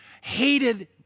hated